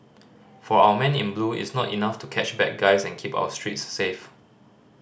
for our men in blue it's not enough to catch bad guys and keep our streets safe